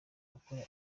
gukora